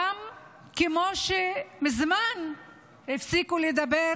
כמו שמזמן הם גם הפסיקו לדבר